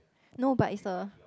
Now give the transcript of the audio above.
no but it's a